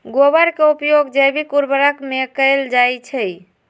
गोबर के उपयोग जैविक उर्वरक में कैएल जाई छई